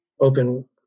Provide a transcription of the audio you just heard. open